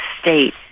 state